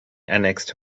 annexed